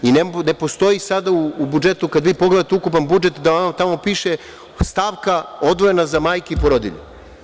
Ne postoji sada u budžetu, kada vi pogledate ukupan budžet, da vama tamo piše stavka odvojena za majke i porodilje.